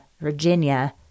Virginia